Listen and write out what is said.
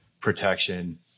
protection